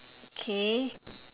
okay